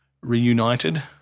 reunited